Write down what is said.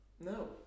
No